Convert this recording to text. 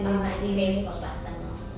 ah I'm craving for pasta now